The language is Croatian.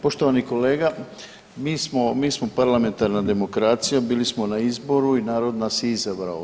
Poštovani kolega, mi smo parlamentarna demokracija, bili smo na izboru i narod nas je izabrao.